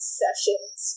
sessions